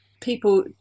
people